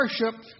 worship